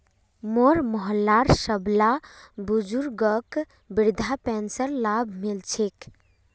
मोर मोहल्लार सबला बुजुर्गक वृद्धा पेंशनेर लाभ मि ल छेक